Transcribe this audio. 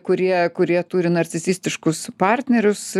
kurie kurie turi narcisistiškus partnerius